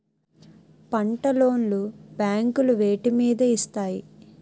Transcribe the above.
పంట లోన్ లు బ్యాంకులు వేటి మీద ఇస్తాయి?